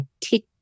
tick